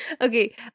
Okay